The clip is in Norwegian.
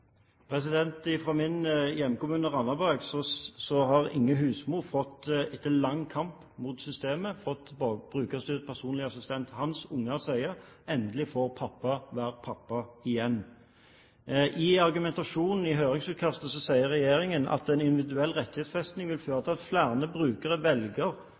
min hjemkommune, Randaberg, har Inge Husmo etter en lang kamp mot systemet fått brukerstyrt personlig assistent. Hans barn sier: Endelig får pappa være pappa igjen. I argumentasjonen i høringsutkastet sier regjeringen at en individuell rettighetsfesting vil føre til at flere brukere velger